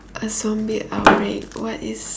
a zombie outbreak what is